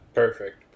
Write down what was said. perfect